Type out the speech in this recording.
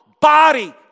body